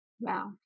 wow